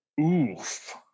Oof